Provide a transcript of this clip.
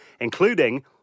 including